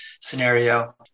scenario